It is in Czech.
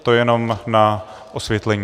To jenom na osvětlení.